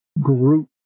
group